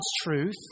truth